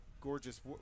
gorgeous